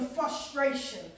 frustration